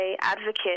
advocate